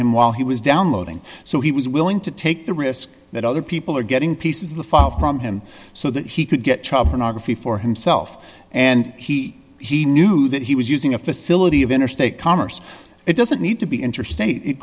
him while he was downloading so he was willing to take the risk that other people are getting pieces of the file from him so that he could get child pornography for himself and he he knew that he was using a facility of interstate commerce it doesn't need to be interstate it